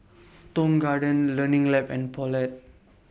Tong Garden Learning Lab and Poulet